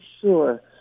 sure